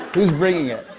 who's bringing it?